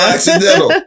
Accidental